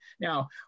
now